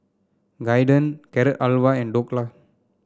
Guiden Carrot Halwa and Dhokla